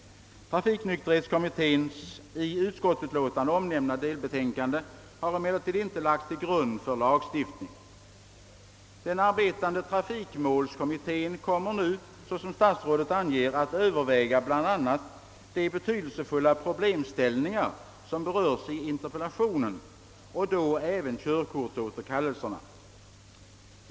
Trafiknykterhetskommitténs i utskottsutlåtandet omnämnda delbetänkande har emellertid inte lagts till grund för lagstiftning. Den arbetande trafikmålskommittén kommer nu — såsom statsrådet anger — att »överväga bl.a. de betydelsefulla problemställningar som berörs i interpellationen» och då även körkortsåterkallelserna.